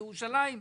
בעיריית ירושלים,